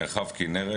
בעיקר במרחב הכפרי,